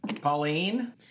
Pauline